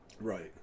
Right